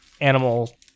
animal